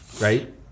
right